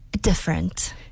different